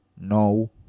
no